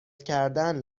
کردن